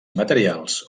materials